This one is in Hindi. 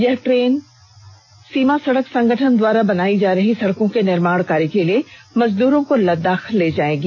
यह विषेष ट्रेन सीमा सड़क संगठन के द्वारा बनाई जा रही सड़कों के निर्माण कार्य के लिए मजदूरों को लददाख ले जाएगी